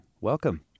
Welcome